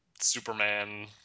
Superman